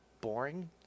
boring